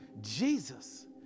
Jesus